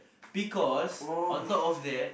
because on top of that